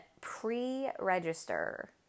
pre-register